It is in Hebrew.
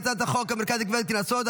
חוק המרכז לגביית קנסות,